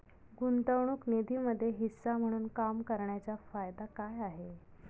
गुंतवणूक निधीमध्ये हिस्सा म्हणून काम करण्याच्या फायदा काय आहे?